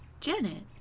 Janet